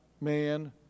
man